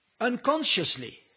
unconsciously